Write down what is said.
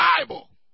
Bible